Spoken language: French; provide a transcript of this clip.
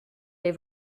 les